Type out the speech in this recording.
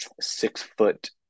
six-foot